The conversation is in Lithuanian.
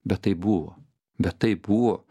bet tai buvo bet tai buvo